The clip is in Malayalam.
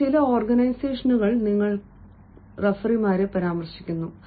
എന്നാൽ ചില ഓർഗനൈസേഷനുകൾ നിങ്ങൾ റഫറിമാരെ പരാമർശിക്കുന്നു